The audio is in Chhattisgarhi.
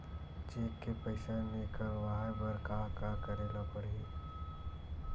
चेक ले पईसा निकलवाय बर का का करे ल पड़हि?